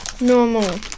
normal